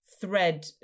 thread